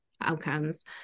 outcomes